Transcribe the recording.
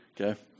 okay